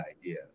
idea